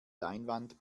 leinwand